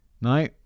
No